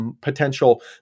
potential